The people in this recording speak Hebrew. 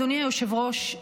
אדוני היושב-ראש,